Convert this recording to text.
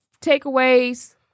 takeaways